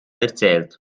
erzählt